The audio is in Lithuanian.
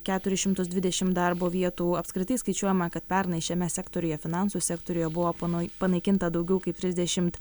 keturis šimtus dvidešim darbo vietų apskritai skaičiuojama kad pernai šiame sektoriuje finansų sektoriuje buvo ponui panaikinta daugiau kaip trisdešimt